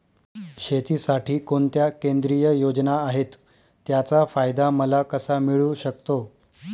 शेतीसाठी कोणत्या केंद्रिय योजना आहेत, त्याचा फायदा मला कसा मिळू शकतो?